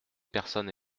personnes